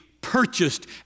purchased